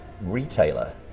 retailer